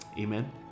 Amen